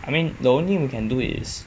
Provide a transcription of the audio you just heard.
I mean the only we can do is